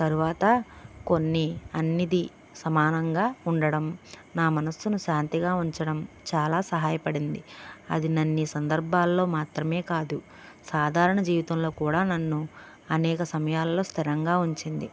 తరువాత కొన్ని అన్నీ ఇది సమానంగా ఉండడం నా మనసును శాంతిగా ఉంచడం చాలా సహాయపడింది అది నన్ను ఈ సందర్భాలలో మాత్రమే కాదు సాధారణ జీవితంలో కూడా నన్ను అనేక సమయాంలో స్థిరంగా ఉంచింది